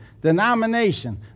denomination